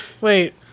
Wait